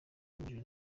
n’ubujura